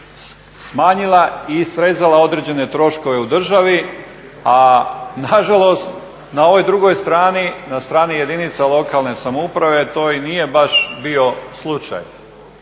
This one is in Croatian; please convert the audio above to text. smanjila i srezala određene troškove u državi, a nažalost na ovoj drugoj strani na strani jedinice lokalne samouprave to i nije baš bio slučaj.